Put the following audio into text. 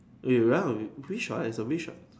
eh you run of you witch ah what a witch what